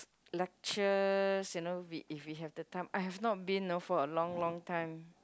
lectures you know if you have the time I have not been you know for a long long time